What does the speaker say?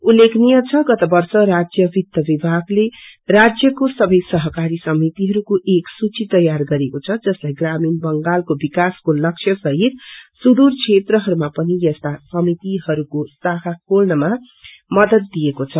उल्लेखनीय द गत वर्ष राज्य वित्त विभागले राज्यको सबै सहकारी समितिहरूको एक सूचि तयार गरेको छ जसलाई ग्रामीण बंगालको विकासको लक्ष्य सहित सूदूर क्षेत्रहरूमा पनि यस्ता समितिहरूको शाक्षा खेल्नमा मदद दिएको छ